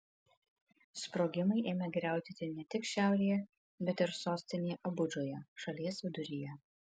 sprogimai ėmė griaudėti ne tik šiaurėje bet ir sostinėje abudžoje šalies viduryje